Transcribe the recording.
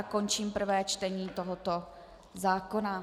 Končím prvé čtení tohoto zákona.